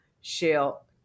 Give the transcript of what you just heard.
shell